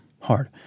Hard